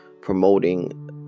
promoting